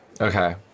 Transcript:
Okay